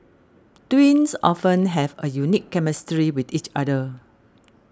twins often have a unique chemistry with each other